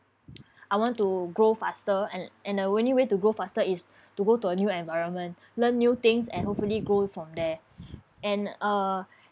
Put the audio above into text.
I want to grow faster and and the only way to grow faster is to go to a new environment learn new things and hopefully grow from there and uh